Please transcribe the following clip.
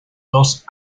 dos